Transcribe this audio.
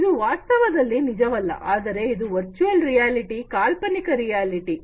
ಇದು ವಾಸ್ತವದಲ್ಲಿ ನಿಜವಲ್ಲ ಆದರೆ ಇದು ವರ್ಚುಯಲ್ ರಿಯಾಲಿಟಿ ಕಾಲ್ಪನಿಕ ರಿಯಾಲಿಟಿ